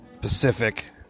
Pacific